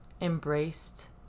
embraced